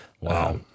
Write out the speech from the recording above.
Wow